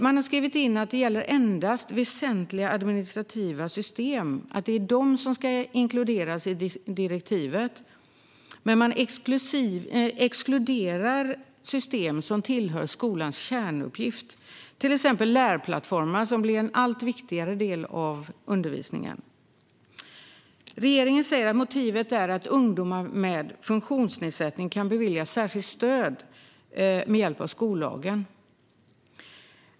Man har skrivit in att det endast är väsentliga administrativa system som ska inkluderas i direktivet och exkluderar därmed system som tillhör skolans kärnuppgift, till exempel lärplattformar, som blir en allt viktigare del av undervisningen. Regeringen säger att motivet är att ungdomar med funktionsnedsättning kan beviljas särskilt stöd med hjälp av skollagen.